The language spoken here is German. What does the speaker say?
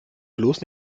bloß